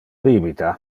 bibita